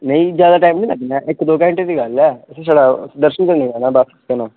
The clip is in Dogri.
नेई ज्यादा टैम नी लग्गना ऐ इक दो घैंटे दी गल्ल ऐ उत्थै छड़ा दर्शन करने गी जाना